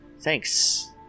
Thanks